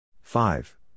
Five